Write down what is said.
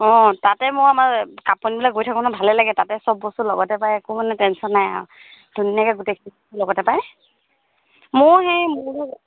অঁ তাতে মই আমাৰ কাপোৰ আনিবলৈ গৈ থাকোঁ ভালে লাগে তাতে সব বস্তু লগতে পায় একো মানে টেনচন নাই আৰু ধুনীয়াকৈ গোটেইখিনি লগতে পায় মোৰ সেই মোৰ